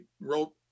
wrote